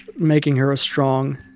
making her a strong,